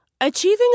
Achieving